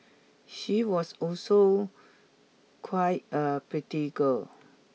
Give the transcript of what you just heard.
she was also quite a pretty girl